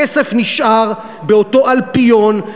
הכסף נשאר באותו אלפיון,